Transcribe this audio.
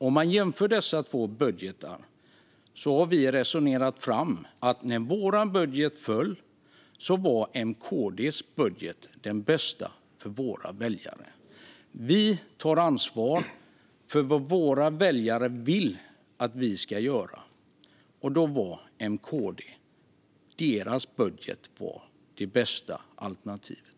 Om man jämför dessa två budgetar har vi resonerat fram att när vår budget föll var M-KD:s budget den bästa för våra väljare. Vi tar ansvar för vad våra väljare vill att vi ska göra. Då var M-KD:s budget det bästa alternativet.